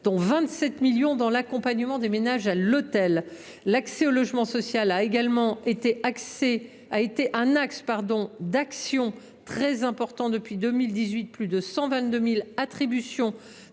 étant consacrés à l’accompagnement des ménages à l’hôtel. L’accès au logement social a également été un axe d’action très important. Ainsi, depuis 2018, plus de 122 000 attributions